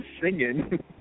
singing